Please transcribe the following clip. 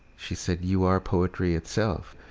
she said, you are poetry itself.